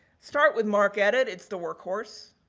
start with marc edit, it's the workhorse.